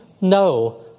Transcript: No